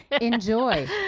Enjoy